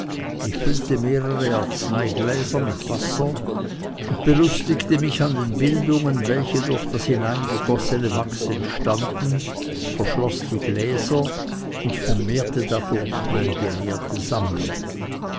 ich füllte mehrere arzneigläser mit wasser und belustigte mich an den bildungen welche durch das hineingegossene wachs entstanden verschloß die gläser und vermehrte dadurch meine gelehrte sammlung